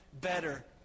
better